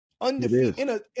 undefeated